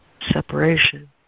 separation